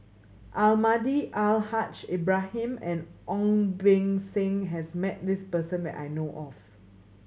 Almahdi Al Haj Ibrahim and Ong Beng Seng has met this person that I know of